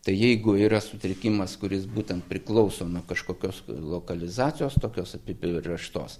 tai jeigu yra sutrikimas kuris būtent priklauso nuo kažkokios lokalizacijos tokios apibrėžtos